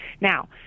Now